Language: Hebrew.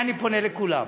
בזה אני פונה לכולם,